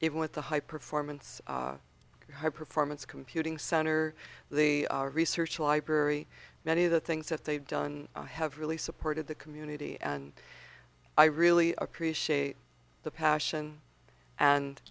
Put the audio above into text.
even with a high performance high performance computing center the research library many of the things that they've done have really supported the community and i really appreciate the passion and